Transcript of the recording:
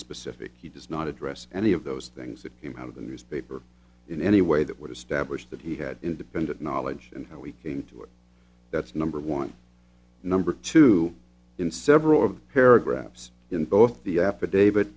unspecific he does not address any of those things that came out of the newspaper in any way that would establish that he had independent knowledge and how he came to it that's number one number two in several of paragraphs in both the affidavit